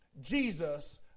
Jesus